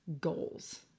goals